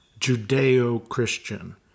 Judeo-Christian